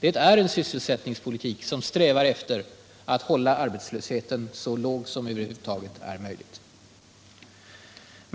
det är en sysselsättningspolitik som strävar efter att hålla arbetslösheten så låg som det över huvud taget är möjligt.